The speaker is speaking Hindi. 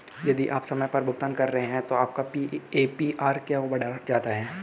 यदि आप समय पर भुगतान कर रहे हैं तो आपका ए.पी.आर क्यों बढ़ जाता है?